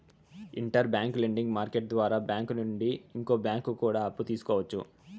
inter bank lending market ద్వారా bank నుంచి ఇంకో బ్యాంకు కూడా అప్పు తీసుకోవచ్చు